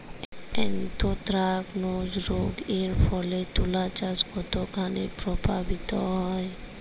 Anthracnose রোগ এর ফলে তুলাচাষ কতখানি প্রভাবিত হয়?